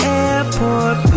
airport